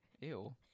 Ew